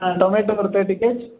ஆ tomato ஒரு thirty gauge